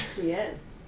Yes